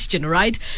Right